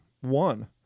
one